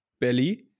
belly